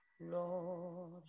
Lord